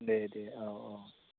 दे दे औ औ